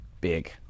big